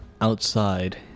outside